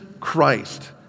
Christ